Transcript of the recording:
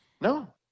No